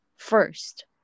first